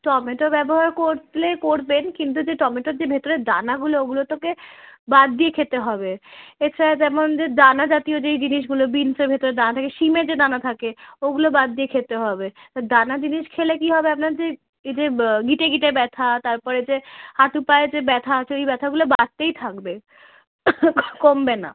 tomato ব্যবহার করলে করবেন কিন্তু যে টমেটোর যে ভেতরের দানাগুলো ওগুলো তো কে বাদ দিয়ে খেতে হবে এছাড়া যেমন যে দানা জাতীয় যেই জিনিসগুলো বিনসের ভেতরে দানা থাকে সীমে যে দানা থাকে ওগুলো বাদ দিয়ে খেতে হবে তো দানা জিনিস খেলে কী হবে আপনার যে এই যে গাঁটে গাঁটে ব্যথা তার পরে যে হাটু পায়ের যে ব্যথা আছে ওই ব্যথাগুলো বাড়তেই থাকবে কমবে না